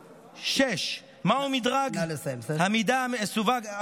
5. מהו מדרג המידע המסווג שאליו הגיע א'?